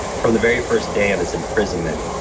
from the very first day of his imprisonment,